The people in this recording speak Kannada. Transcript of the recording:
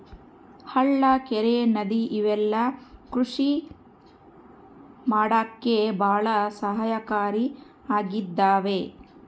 ಹಳ್ಳ ಕೆರೆ ನದಿ ಇವೆಲ್ಲ ಕೃಷಿ ಮಾಡಕ್ಕೆ ಭಾಳ ಸಹಾಯಕಾರಿ ಆಗಿದವೆ